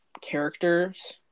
characters